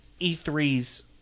E3's